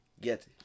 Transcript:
Get